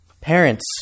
Parents